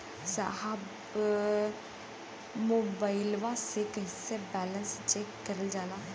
साहब मोबइलवा से कईसे बैलेंस चेक करल जाला?